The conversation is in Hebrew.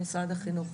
למשרד החינוך.